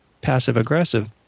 passive-aggressive